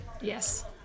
Yes